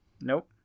Nope